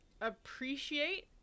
appreciate